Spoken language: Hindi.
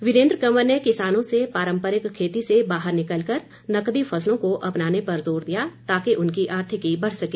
वीरेन्द्र कंवर ने किसानों से पारम्परिक खेती से बाहर निकलकर नकदी फसलों को अपनाने पर जोर दिया ताकि उनकी आर्थिकी बढ़ सके